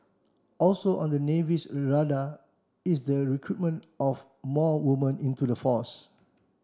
also on the Navy's radar is the recruitment of more women into the force